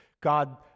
God